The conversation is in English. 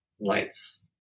lights